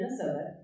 Minnesota